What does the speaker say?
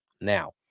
Now